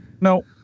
No